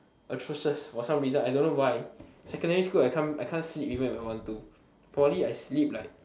atrocious for some reason I don't know why secondary school I can't I can't sleep even if I want to poly I sleep like